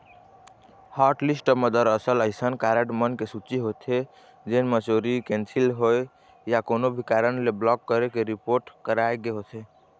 hotlist ह दरअसल अइसन कारड मन के सूची होथे जेन म चोरी, कैंसिल होए या कोनो भी कारन ले ब्लॉक करे के रिपोट कराए गे होथे